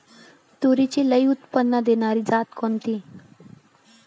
तूरीची लई उत्पन्न देणारी जात कोनची?